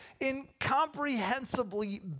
incomprehensibly